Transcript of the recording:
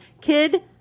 Kid –